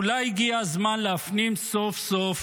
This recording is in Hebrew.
אולי הגיע הזמן להפנים סוף סוף